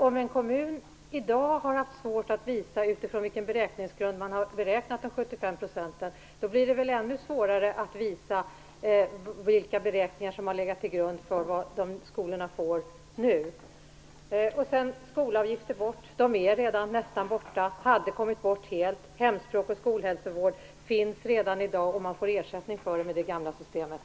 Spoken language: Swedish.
Om en kommun i dag har svårt att visa utifrån vilken beräkningsgrund man har beräknat de 75 procenten blir det väl ännu svårare att visa vilka beräkningar som har legat till grund för vad skolorna skall få nu. Skolavgifterna tas bort, säger Gunnar Goude. De är redan nästan borta, och de skulle ha tagits bort helt. Hemspråk och skolhälsovård finns redan i dag, och man får ersättning för dem i det gamla systemet.